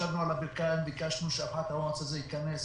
ישבנו על הברכיים וביקשנו שהפחת המואץ הזה ייכנס